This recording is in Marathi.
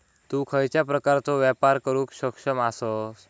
तु खयच्या प्रकारचो व्यापार करुक सक्षम आसस?